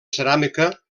ceràmica